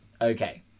Okay